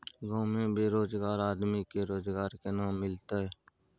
गांव में बेरोजगार आदमी के रोजगार केना मिलते?